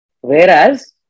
Whereas